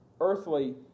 earthly